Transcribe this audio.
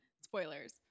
spoilers